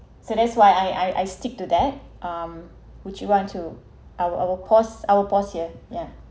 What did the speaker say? so that's why I I I stick to that um which you want to I will pause I will pause here yeah